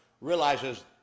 realizes